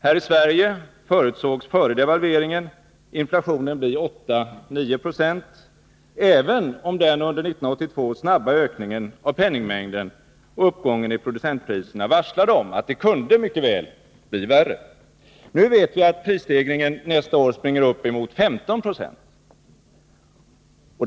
Här i Sverige förutsågs före devalveringen inflationen bli 8-9 26, även om den under 1982 snabba ökningen av penningmängden och uppgången i producentpriserna varslade om att det kunde bli värre. Nu vet vi att prisstegringen nästa år springer upp emot 15 96.